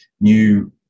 new